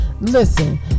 listen